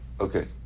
Okay